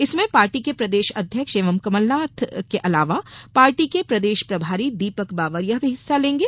इसमें पार्टी के प्रदेश अध्यक्ष एवं मुख्यमंत्री कमलनाथ के अलावा पार्टी के प्रदेश प्रभारी दीपक बावरिया भी हिस्सा लेंगे